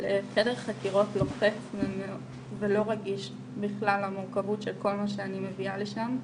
לחדר חקירות לוחץ ולא רגיש בכלל למורכבות של כל מה שאני מביאה לשם,